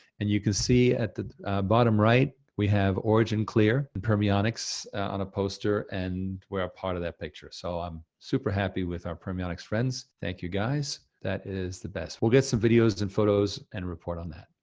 and you can see at the bottom right, we have originclear and permionics on a poster, and we're a part of that picture. so i'm super happy with our permionics friends. thank you guys. that is the best. we'll get some videos and photos, and report on that.